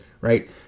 right